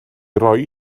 roi